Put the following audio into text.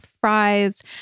fries